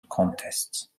contests